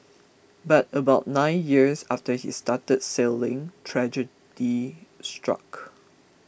but about nine years after he started sailing tragedy struck